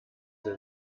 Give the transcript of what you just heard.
sind